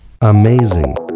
amazing